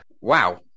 Wow